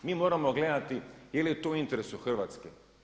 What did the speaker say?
Mi moramo gledati je li to u interesu Hrvatske.